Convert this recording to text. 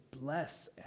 bless